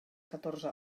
catorze